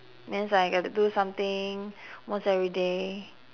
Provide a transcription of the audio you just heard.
means like I get to do something almost everyday